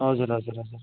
हजुर हजुर हजुर